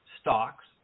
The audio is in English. stocks